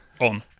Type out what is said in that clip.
on